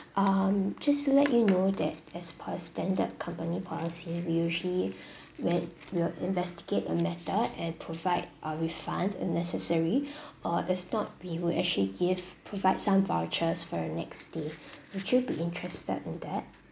um just to let you know that as per standard company policy we usually whe~ we'll investigate the matter and provide uh refund if necessary or if not we will actually give provide some vouchers for your next stay would you be interested in that